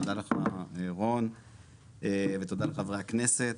תודה לך רון ותודה לחברי הכנסת.